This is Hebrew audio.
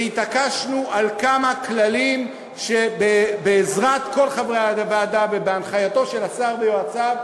והתעקשנו על כמה כללים שבעזרת כל חברי הוועדה ובהנחייתו של השר ויועציו,